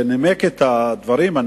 שנימק את הדברים,